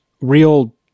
real